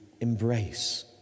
embrace